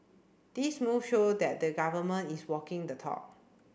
these move show that the government is walking the talk